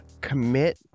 commit